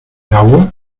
agua